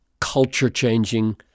culture-changing